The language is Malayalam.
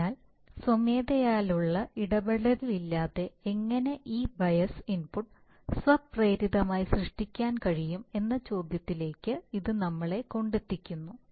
അതിനാൽ സ്വമേധയാലുള്ള ഇടപെടലില്ലാതെ എങ്ങനെ ഈ ബയസ് ഇൻപുട്ട് സ്വപ്രേരിതമായി സൃഷ്ടിക്കാൻ കഴിയും എന്ന ചോദ്യത്തിലേക്ക് ഇത് നമ്മളെ കൊണ്ടെത്തിക്കുന്നു